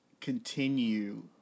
continue